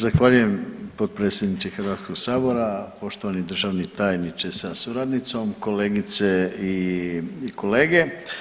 Zahvaljujem potpredsjedniče Hrvatskog sabora, poštovani državni tajniče sa suradnicom, kolegice i kolege.